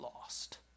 lost